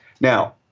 Now